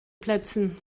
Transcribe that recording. plätzen